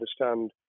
understand